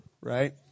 right